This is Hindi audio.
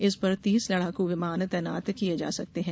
इस पर तीस लडाकू विमान तैनात किये जा सकते हैं